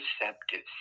receptive